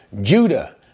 Judah